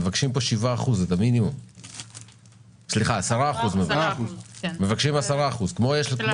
מבקשים פה 10%, כמו מה שיש לנתיבות.